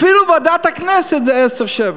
אפילו בוועדת הכנסת זה עשרה שבעה.